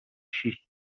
شیش